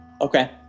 Okay